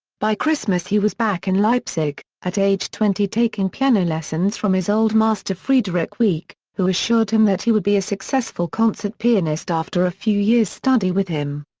by christmas he was back in leipzig, at age twenty taking piano lessons from his old master friederich wieck, who assured him that he would be a successful concert pianist after a few years' study with him.